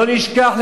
לא נשכח,